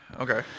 Okay